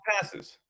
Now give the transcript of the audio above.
passes